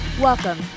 Welcome